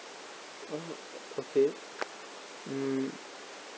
uh okay mm